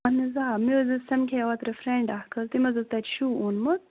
اَہَن حظ آ مےٚ حظ سَمکھے اوترٕ فرٛٮ۪نٛڈ اَکھ حظ تٔمۍ حظ اوس تَتہِ شوٗ اوٚنمُت